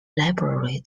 library